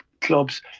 clubs